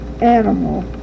animal